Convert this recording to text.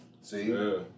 See